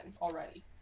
already